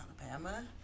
Alabama